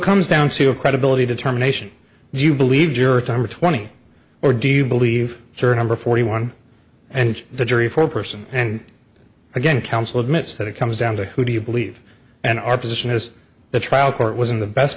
comes down to a credibility determination do you believe juror number twenty or do you believe sir number forty one and the jury foreperson and again counsel admits that it comes down to who do you believe and our position is the trial court was in the best